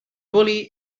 bully